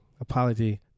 Apology